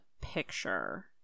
picture